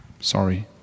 Sorry